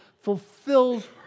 fulfills